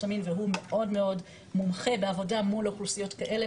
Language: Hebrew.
המין והוא מאוד מאוד מומחה בעבודה מול אוכלוסיות כאלה,